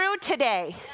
today